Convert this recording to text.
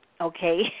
okay